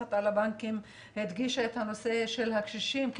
המפקחת על הבנקים הדגישה את הנושא של הקשישים.